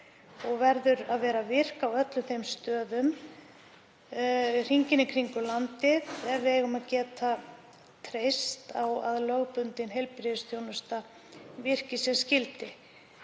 og verður að vera virk á öllum þeim stöðum hringinn í kringum landið ef við eigum að geta treyst á að lögbundin heilbrigðisþjónusta virki sem skyldi.